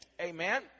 Amen